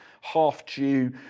half-Jew